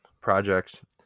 projects